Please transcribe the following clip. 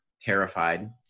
terrified